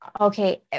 Okay